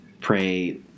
pray